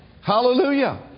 Hallelujah